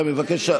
אתה מבקש,